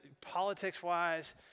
politics-wise